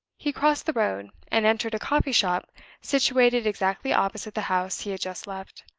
he crossed the road, and entered a coffee-shop situated exactly opposite the house he had just left.